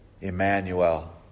Emmanuel